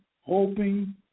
hoping